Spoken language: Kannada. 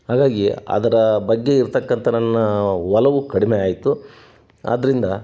ಹಾಗಾಗಿ ಅದರ ಬಗ್ಗೆ ಇರತಕ್ಕಂಥ ನನ್ನ ಒಲವು ಕಡಿಮೆ ಆಯಿತು ಆದ್ದರಿಂದ